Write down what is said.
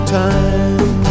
time